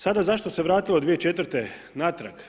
Sada zašto se vratilo 2004. natrag?